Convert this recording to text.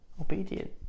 obedient